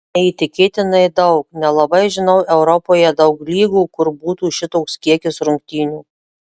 neįtikėtinai daug nelabai žinau europoje daug lygų kur būtų šitoks kiekis rungtynių